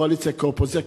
קואליציה כאופוזיציה,